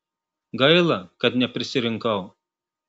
gaila kad neprisirinkau